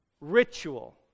ritual